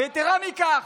יתרה מכך,